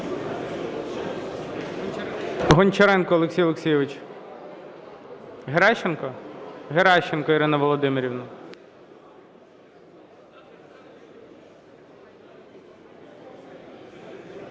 Гончаренко Олексій Олексійович. Геращенко? Геращенко Ірина Володимирівна.